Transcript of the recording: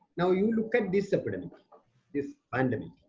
now you look at this epidemic. this pandemic.